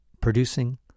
producing